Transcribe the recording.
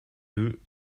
deux